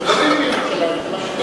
בונים בירושלים.